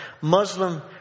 Muslim